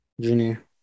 Junior